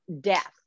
death